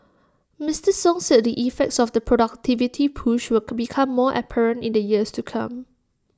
Mister song said the effects of the productivity push will become more apparent in the years to come